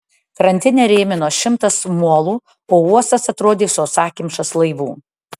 krantinę rėmino šimtas molų o uostas atrodė sausakimšas laivų